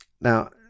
Now